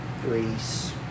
Greece